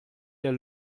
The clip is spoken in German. der